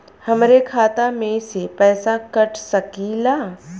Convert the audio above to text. हमरे खाता में से पैसा कटा सकी ला?